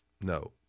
No